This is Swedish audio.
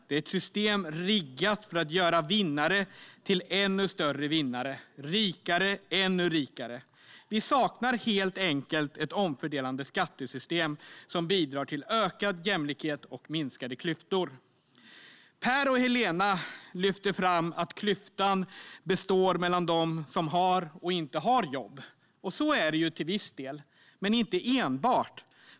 Det är ett system riggat för att göra vinnare till ännu större vinnare och rika ännu rikare. Vi saknar helt enkelt ett omfördelande skattesystem som bidrar till ökad jämlikhet och minskade klyftor. Per och Helena lyfte fram att klyftan består mellan dem som har och dem som inte har jobb, och så är det ju till viss del - men inte enbart.